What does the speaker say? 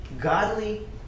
godly